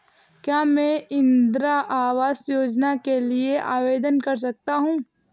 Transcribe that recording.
क्या मैं इंदिरा आवास योजना के लिए आवेदन कर सकता हूँ?